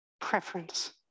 preference